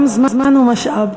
גם זמן הוא משאב.